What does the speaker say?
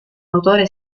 autore